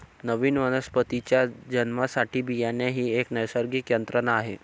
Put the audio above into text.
नवीन वनस्पतीच्या जन्मासाठी बियाणे ही एक नैसर्गिक यंत्रणा आहे